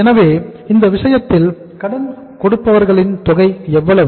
எனவே இந்த விஷயத்தில் கடன் கொடுப்பவர்களின் தொகை எவ்வளவு